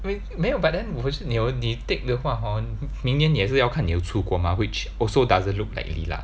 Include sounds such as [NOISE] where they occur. [NOISE] 没有 but then 我会你有你 take 的话 hor 明年也是要看你有出国 mah which also doesn't look likely lah